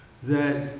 that